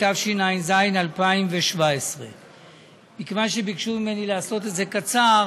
התשע"ז 2017. מכיוון שביקשו ממני לעשות את זה קצר,